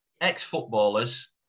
ex-footballers